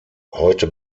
heute